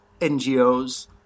NGOs